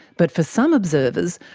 but for some observers,